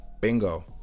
bingo